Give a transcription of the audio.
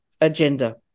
agenda